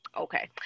Okay